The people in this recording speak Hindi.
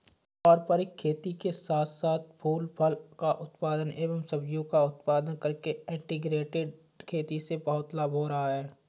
पारंपरिक खेती के साथ साथ फूल फल का उत्पादन एवं सब्जियों का उत्पादन करके इंटीग्रेटेड खेती से बहुत लाभ हो रहा है